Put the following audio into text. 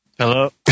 Hello